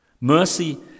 Mercy